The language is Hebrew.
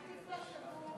עדיף לה שתגור לא,